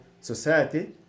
society